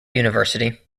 university